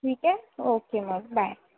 ठीक आहे ओके मग बाय